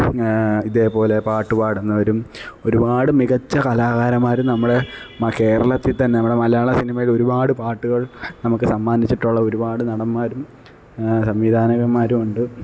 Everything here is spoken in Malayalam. പിന്നേ ഇതേ പോലെ പാട്ടു പാടുന്നവരും ഒരുപാട് മികച്ച കലാകാരന്മാരും നമ്മുടെ കേരളത്തില് തന്നെ നമ്മുടെ മലയാള സിനിമയില് ഒരുപാട് പാട്ടുകള് നമുക്ക് സമ്മാനിച്ചിട്ടുള്ള ഒരുപാട് നടന്മാരും സംവിധായകന്മാരും ഉണ്ട്